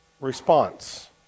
response